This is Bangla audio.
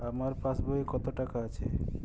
আমার পাসবই এ কত টাকা আছে?